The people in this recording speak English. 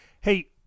Hey